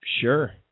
Sure